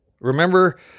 Remember